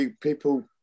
people